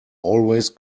always